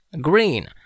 Green